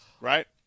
Right